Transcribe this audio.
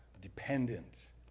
dependent